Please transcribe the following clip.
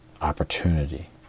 opportunity